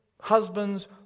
husbands